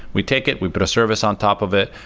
we take it, we put a service on top of it,